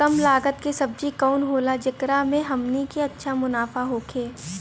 कम लागत के सब्जी कवन होला जेकरा में हमनी के अच्छा मुनाफा होखे?